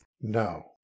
No